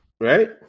Right